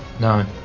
No